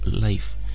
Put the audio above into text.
life